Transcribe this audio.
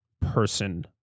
person